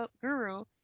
guru